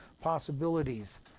possibilities